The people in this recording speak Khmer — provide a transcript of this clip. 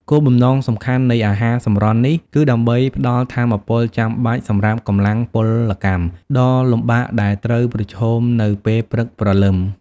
គោលបំណងសំខាន់នៃអាហារសម្រន់នេះ គឺដើម្បីផ្ដល់ថាមពលចាំបាច់សម្រាប់កម្លាំងពលកម្មដ៏លំបាកដែលត្រូវប្រឈមនៅពេលព្រឹកព្រលឹម។